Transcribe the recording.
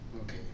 Okay